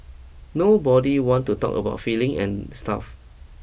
nobody want to talk about feelings and stuff